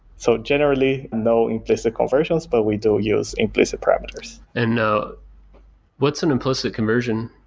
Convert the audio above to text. so generally no implicit conversions but we do use implicit parameters. and now what's an implicit conversion?